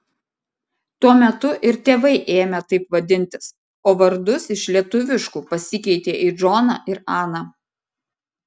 tuo metu ir tėvai ėmė taip vadintis o vardus iš lietuviškų pasikeitė į džoną ir aną